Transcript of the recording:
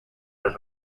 les